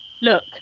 Look